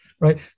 right